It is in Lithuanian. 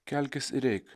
kelkis reik